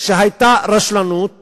שהיתה רשלנות